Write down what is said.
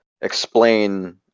explain